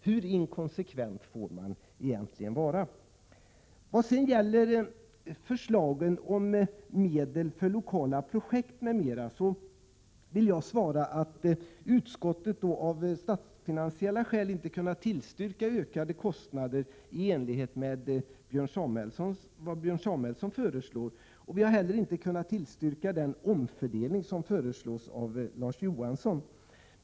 Hur inkonsekvent får man egentligen vara? Björn Samuelson föreslår en ökning av medlen till lokala projekt m.m. Utskottet har emellertid av statsfinansiella skäl inte kunnat tillstyrka detta förslag. Utskottet har inte heller kunnat tillstyrka den omfördelning som föreslås av Larz Johansson.